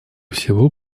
всего